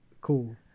Cool